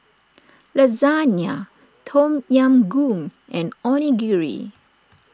Lasagna Tom Yam Goong and Onigiri